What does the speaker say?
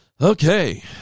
Okay